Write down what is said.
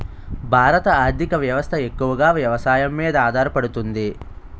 భారత ఆర్థిక వ్యవస్థ ఎక్కువగా వ్యవసాయం మీద ఆధారపడుతుంది